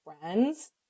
friends